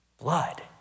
blood